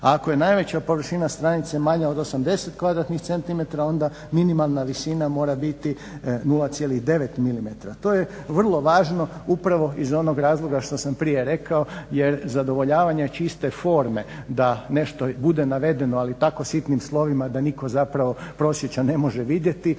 ako je najveća površina stranice manja od 80 kvadratnih centimetara onda minimalna visina mora biti 0,9 milimetra. To je vrlo važno upravo iz onog razloga što sam prije rekao jer zadovoljavanje čiste forme da nešto bude navedeno ali tako sitnim slovima da nitko zapravo prosječan ne može vidjeti